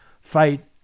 fight